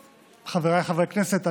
חבריי חברי הכנסת,